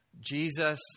Jesus